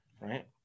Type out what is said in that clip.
right